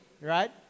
right